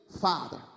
father